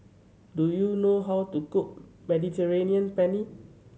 do you know how to cook Mediterranean Penne